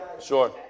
Sure